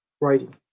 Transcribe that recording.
writing